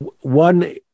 One